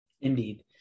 Indeed